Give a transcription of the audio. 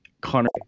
Connor